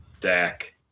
Dak